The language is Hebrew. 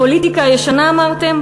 הפוליטיקה הישנה, אמרתם?